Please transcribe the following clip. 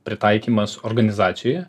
pritaikymas organizacijoje